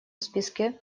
списке